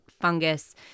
fungus